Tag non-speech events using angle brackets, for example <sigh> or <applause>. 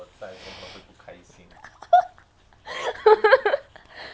<laughs>